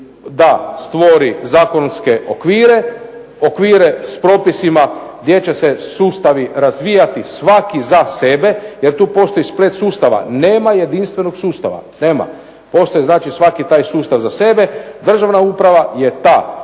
da stvori zakonske okvire, okvire s propisima gdje će se sustavi razvijati svaki za sebe, jer tu postoji splet sustava. Nama jedinstvenog sustava, nema. Postoji svaki taj sustav za sebe. Državna uprava je to